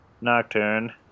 Nocturne